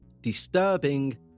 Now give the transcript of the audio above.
disturbing